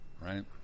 right